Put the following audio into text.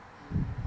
mm